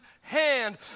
hand